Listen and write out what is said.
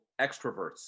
extroverts